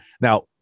Now